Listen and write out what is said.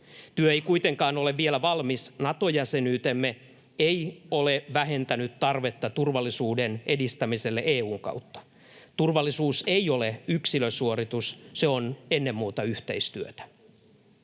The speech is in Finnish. Työ ei kuitenkaan ole vielä valmis. Nato-jäsenyytemme ei ole vähentänyt tarvetta turvallisuuden edistämiselle EU:n kautta. Turvallisuus ei ole yksilösuoritus. Se on ennen muuta yhteistyötä.